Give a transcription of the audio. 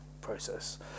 process